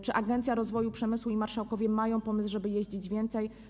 Czy Agencja Rozwoju Przemysłu i marszałkowie mają pomysł, żeby jeździć więcej?